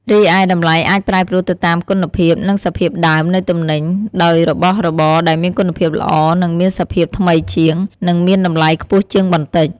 រីឯតម្លៃអាចប្រែប្រួលទៅតាម គុណភាព និងសភាពដើម នៃទំនិញ ដោយរបស់របរដែលមានគុណភាពល្អ និងមានសភាពថ្មីជាង នឹងមានតម្លៃខ្ពស់ជាងបន្តិច។